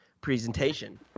presentation